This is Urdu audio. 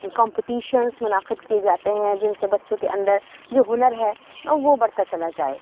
کمپٹیشنس منعقد کیے جاتے ہیں جن سے بچوں کے اندر جو ہُنر ہے وہ بڑھتا چلا جائے